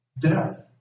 death